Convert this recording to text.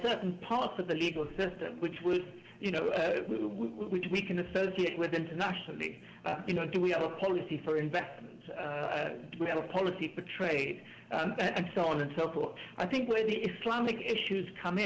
certain parts of the legal system which would you know which we can associate with internationally you know do we have a policy for investment that we have a policy to trade and so on and so forth i think when the islamic issues come